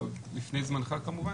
עוד לפני זמנך כמובן.